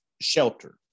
shelter